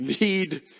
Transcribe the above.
need